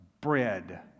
bread